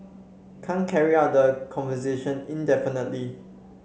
can't carry on the conversation indefinitely